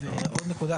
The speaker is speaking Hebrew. עוד נקודה,